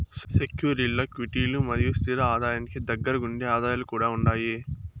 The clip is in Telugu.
సెక్యూరీల్ల క్విటీలు మరియు స్తిర ఆదాయానికి దగ్గరగుండే ఆదాయాలు కూడా ఉండాయి